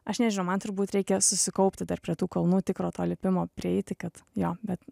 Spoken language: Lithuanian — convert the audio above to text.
aš nežinau man turbūt reikia susikaupti dar prie tų kalnų tikro to lipimo prieiti kad jo bet